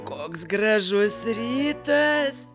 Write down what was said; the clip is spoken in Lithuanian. koks gražus rytas